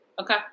Okay